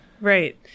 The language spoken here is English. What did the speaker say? Right